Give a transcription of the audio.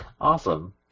Awesome